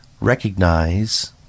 recognize